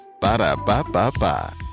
ba-da-ba-ba-ba